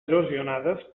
erosionades